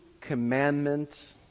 commandment